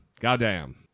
goddamn